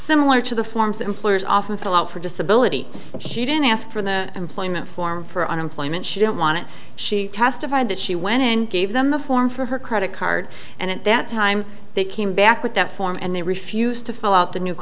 similar to the forms that employers often fill out for disability she didn't ask for the employment form for unemployment she didn't want it she testified that she went and gave them the form for her credit card and at that time they came back with that form and they refused to fill out the new